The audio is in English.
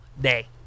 day